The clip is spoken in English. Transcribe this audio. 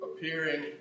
appearing